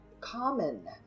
common